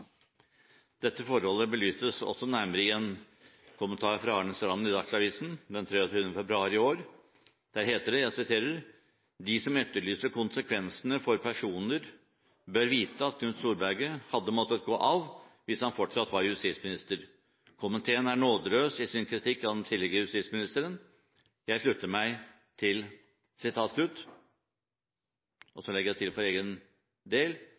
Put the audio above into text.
Dette forholdet belystes også nærmere i en kommentar fra Arne Strand i Dagsavisen den 23. februar i år. Der heter det: «De som etterlyser konsekvenser for personer, bør vite at Knut Storberget hadde måttet gå av hvis han fortsatt var justisminister. Komiteen er nådeløs i sin kritikk av den tidligere justisministeren.» Jeg legger til for egen del at jeg slutter meg til